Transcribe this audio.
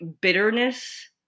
bitterness